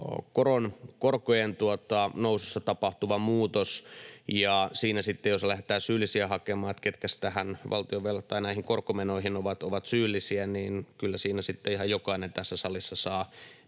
tämä korkojen nousussa tapahtuva muutos. Siinä sitten, jos lähdetään syyllisiä hakemaan, että ketkäs näihin korkomenoihin ovat syyllisiä, kyllä ihan jokainen tässä salissa saa